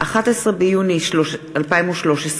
11 ביוני 2013,